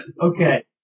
Okay